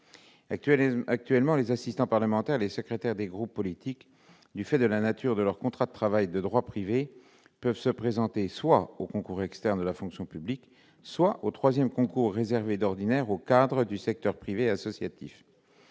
Actuellement, les assistants parlementaires et les secrétaires des groupes politiques, du fait de la nature de leurs contrats de travail, de droit privé, peuvent se présenter soit aux concours externes de la fonction publique, soit au troisième concours réservé d'ordinaire aux cadres du secteur privé et associatif.